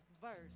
verse